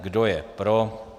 Kdo je pro?